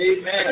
amen